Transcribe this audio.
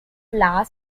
laws